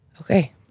okay